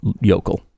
yokel